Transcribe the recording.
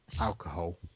Alcohol